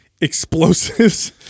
explosives